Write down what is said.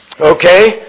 Okay